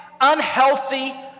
unhealthy